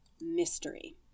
mystery